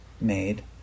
made